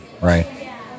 Right